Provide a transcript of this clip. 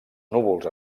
núvols